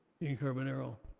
dean carbonaro,